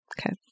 Okay